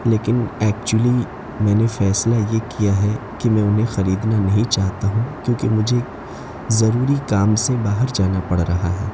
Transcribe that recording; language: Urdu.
لیکن ایکچولی میں نے فیصلہ یہ کیا ہے کہ میں انہیں خریدنا نہیں چاہتا ہوں کیونکہ مجھے ضروری کام سے باہر جانا پڑ رہا ہے